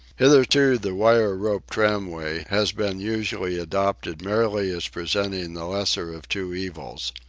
hitherto the wire-rope tramway has been usually adopted merely as presenting the lesser of two evils.